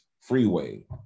Freeway